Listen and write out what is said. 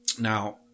Now